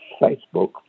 Facebook